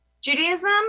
Judaism